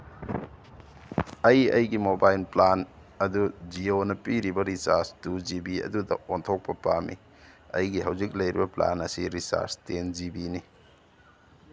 ꯑꯩ ꯑꯩꯒꯤ mobile plan ꯑꯗꯨ ꯖꯤꯌꯣꯅ ꯄꯤꯔꯤꯕ ꯔꯤꯆꯥꯔꯖ ꯇꯨ ꯖꯤ ꯕꯤ ꯑꯗꯨꯗ ꯑꯣꯟꯊꯣꯛꯄ ꯄꯥꯝꯃꯤ ꯑꯩꯒꯤ ꯍꯧꯖꯤꯛ ꯂꯩꯔꯤꯕ ꯄ꯭ꯂꯥꯟ ꯑꯁꯤ ꯔꯤꯆꯥꯔꯖ ꯇꯦꯟ ꯖꯤ ꯕꯤꯅꯤ